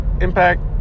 Impact